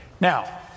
Now